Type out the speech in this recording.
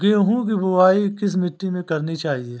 गेहूँ की बुवाई किस मिट्टी में करनी चाहिए?